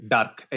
Dark